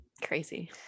crazy